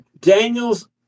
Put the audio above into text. Daniel's